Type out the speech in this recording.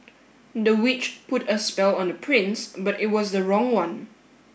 the witch put a spell on the prince but it was the wrong one